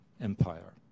empire